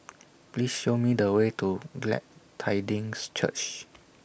Please Show Me The Way to Glad Tidings Church